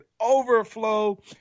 Overflow